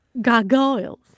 Gargoyles